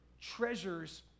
treasures